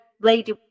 lady